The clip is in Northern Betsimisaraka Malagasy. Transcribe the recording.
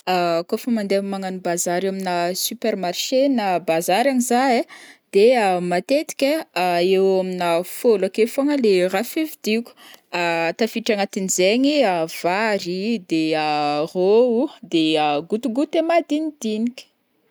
Kaofa mandeha magnano bazary amina supermarché na bazary agny zah ai, de matetiky ai eo ho eo aminà fôlo akeo fogna leh raha fividiko, tafiditra agnatin'izaigny vary, de rô o, de goûte goûté madinidiniky.